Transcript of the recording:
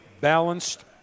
balanced